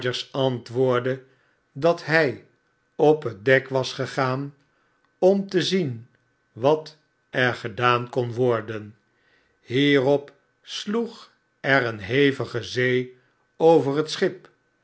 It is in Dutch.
antwoordde dat hij op het dek was gegaan om te zien wat er gedaankon worden hierop sloeg er een hevige zee over het schip